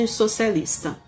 socialista